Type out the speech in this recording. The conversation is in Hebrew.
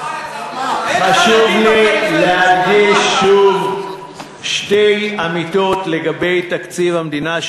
חשוב לי להדגיש שוב שתי אמיתות לגבי תקציב המדינה,